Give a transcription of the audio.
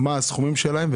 מה הסכומים שלהן?